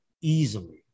easily